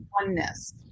oneness